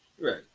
Right